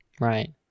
Right